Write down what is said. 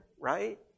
right